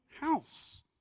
house